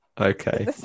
okay